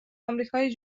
آمریکای